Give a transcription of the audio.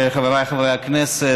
חבריי חברי הכנסת,